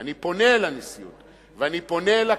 ואני פונה אל הנשיאות ואני פונה אל הכנסת: